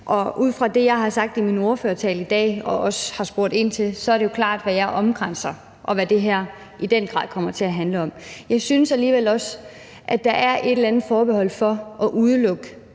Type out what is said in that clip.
Ud fra det, jeg har sagt i min ordførertale i dag og også har spurgt ind til, er det jo klart, hvad jeg omkranser, og hvad det her i den grad kommer til at handle om. Jeg synes alligevel også, at der er et eller andet forbehold over for at udelukke